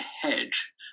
hedge